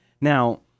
Now